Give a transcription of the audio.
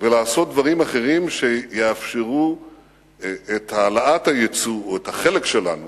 ולעשות דברים אחרים שיאפשרו את העלאת היצוא או את החלק שלנו